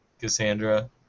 Cassandra